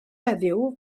heddiw